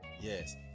Yes